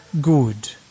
good